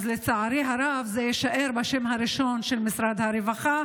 אז לצערי הרב זה יישאר בשם הראשון של משרד הרווחה,